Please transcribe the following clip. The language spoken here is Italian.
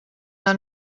una